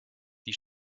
die